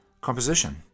composition